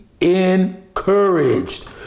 encouraged